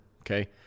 okay